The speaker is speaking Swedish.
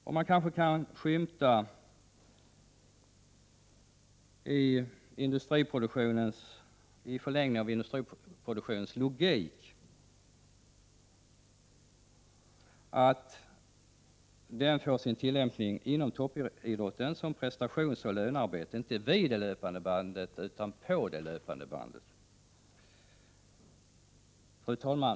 I förlängningen av industriproduktionens logik kan man kanske också skymta att den får sin tillämpning inom toppidrotten på samma sätt som prestationsoch lönearbetet—-inte vid det löpande bandet utan på det löpande bandet.